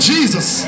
Jesus